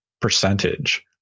percentage